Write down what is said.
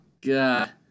God